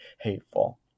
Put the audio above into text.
hateful